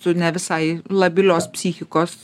su ne visai labilios psichikos